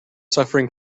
suffering